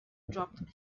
dropped